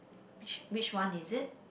which which one is it